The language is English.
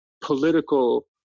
political